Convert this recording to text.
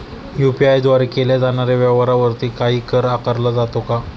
UPI द्वारे केल्या जाणाऱ्या व्यवहारावरती काही कर आकारला जातो का?